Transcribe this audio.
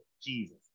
Jesus